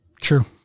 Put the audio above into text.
true